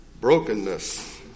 Brokenness